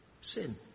sin